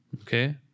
Okay